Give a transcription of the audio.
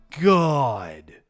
God